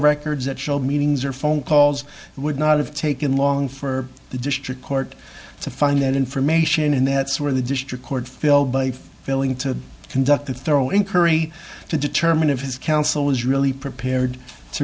records that show meetings or phone calls would not have taken long for the district court to find that information and that's where the district court filled by failing to conduct a thorough inquiry to determine if his counsel is really prepared to